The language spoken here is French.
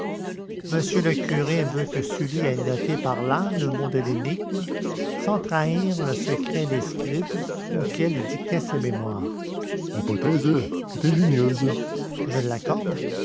m le curé veut que sully ait noté par là le mot de l'énigme sans trahir le secret des scribes auxquels il dictait ses mémoires l'hypothèse est ingénieuse je l'accorde